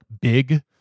big